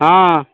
हँ